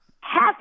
half